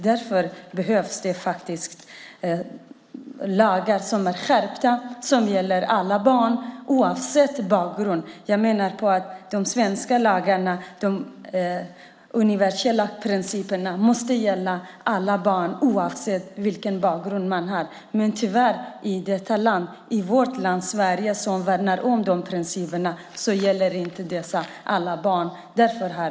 Därför behövs det skärpta lagar som gäller alla barn oavsett bakgrund. De universella principerna i de svenska lagarna måste gälla alla barn oavsett vilken bakgrund de har. I vårt land Sverige där man värnar om de principerna gäller de inte för alla barn.